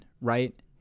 right